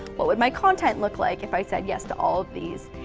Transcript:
what would my content look like if i said yes to all of these?